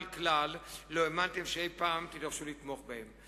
וכלל לא האמנתם שאי-פעם תידרשו לתמוך בהם.